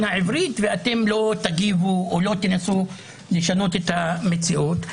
העברית ואתם לא תגיבו או לא תנסו לשנות את המציאות.